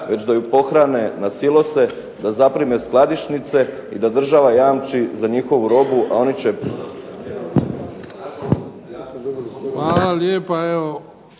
već da ju pohrane na silose, da zaprime skladišnice i da država jamči za njihovu robu ... /Govornik